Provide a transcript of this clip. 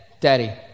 daddy